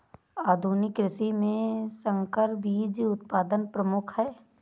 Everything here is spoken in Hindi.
आधुनिक कृषि में संकर बीज उत्पादन प्रमुख है